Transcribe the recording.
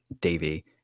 Davey